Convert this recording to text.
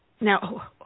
Now